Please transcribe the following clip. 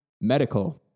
medical